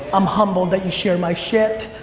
i'm humbled that you share my shit.